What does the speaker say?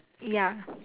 ya